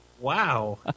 Wow